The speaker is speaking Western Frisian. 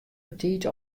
betiid